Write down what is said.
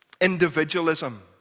individualism